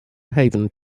haven